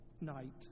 night